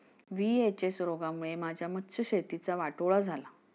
VHS रोगामुळे माझ्या मत्स्यशेतीचा वाटोळा झाला